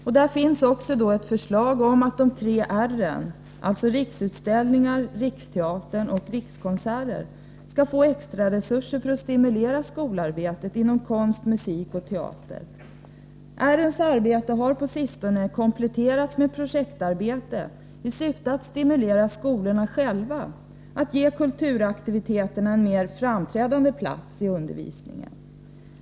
I budgetpropositionen finns ett förslag om att de tre R:en — Riksutställningar, Riksteatern och Rikskonserter — skall få extra resurser för att stimulera skolarbetet inom konst-, musikoch teaterområdena. R:ens verksamhet har på sistone kompletterats med projektarbete i syfte att stimulera skolorna att själva ge kulturaktiviteterna en mer framträdande plats i undervisningen.